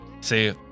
See